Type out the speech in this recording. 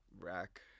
rack